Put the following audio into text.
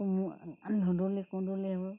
ধুন্দুলি কুন্দুলি এইবোৰ